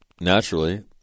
Naturally